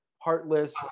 Heartless